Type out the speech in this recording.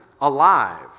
alive